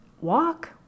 walk